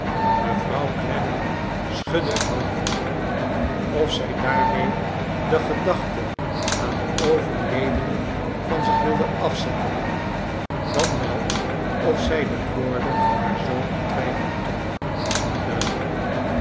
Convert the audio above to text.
mevrouw clennam scbudde het boofd of zij daarmee de gedachte aan den overledene van zich wilde afzetten dan wel of zij de woorden van baar zoon in twijfel trok was niet duidelijk